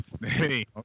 hey